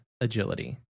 agility